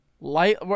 light –